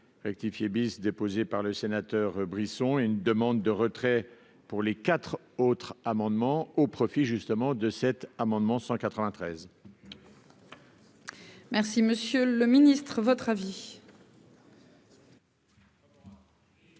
actif bis déposé par le sénateur Brisson, une demande de retrait pour les 4 autres amendements au profit justement de cet amendement 193. Merci, Monsieur le Ministre votre avis.